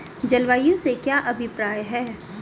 जलवायु से क्या अभिप्राय है?